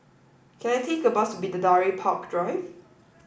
can I take a bus to Bidadari Park Drive